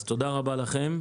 אז תודה רבה לכם.